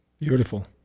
Beautiful